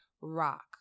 rock